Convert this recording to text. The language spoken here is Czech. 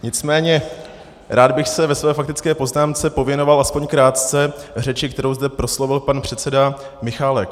Nicméně rád bych se ve své faktické poznámce věnoval aspoň krátce řeči, kterou zde proslovil pan předseda Michálek.